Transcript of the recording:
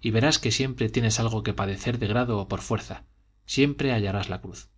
y verás que siempre tienes algo que padecer de grado o por fuerza siempre hallarás la cruz